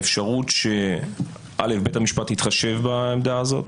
האפשרות שבית המשפט יתחשב בעמדה הזאת,